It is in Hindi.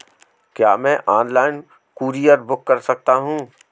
क्या मैं ऑनलाइन कूरियर बुक कर सकता हूँ?